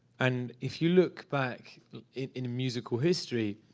and if you look back in musical history,